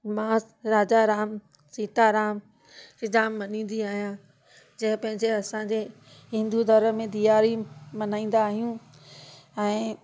मां राजा राम सीता राम खे जाम मञींदी आहियां जंहिं पंहिंजे असांजे हिंदू धर्म में ॾियारी मल्हाईंदा आहियूं ऐं